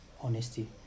honesty